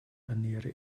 ernähre